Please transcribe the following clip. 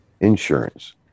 insurance